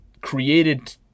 created